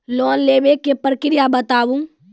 Loan लेवे के प्रक्रिया बताहू?